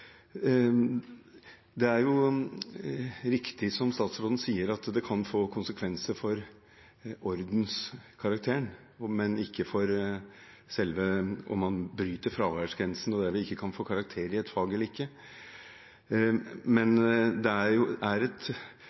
Det er riktig, som statsråden sier, at det kan få konsekvenser for ordenskarakteren, men det gjør ikke at man overskrider fraværsgrensen og dermed ikke kan få karakter i et fag. Ved noen skoler, som jeg har fått rapporter fra om dette, er det et